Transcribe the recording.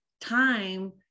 time